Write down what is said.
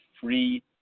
free